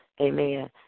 Amen